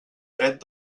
dret